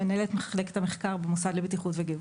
מנהלת מחלקת המחקר במוסד לבטיחות וגהות.